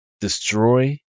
destroy